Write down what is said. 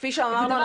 כפי שאמרנו,